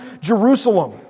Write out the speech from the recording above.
Jerusalem